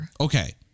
Okay